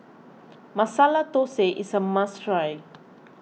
Masala Thosai is a must try